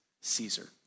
Caesar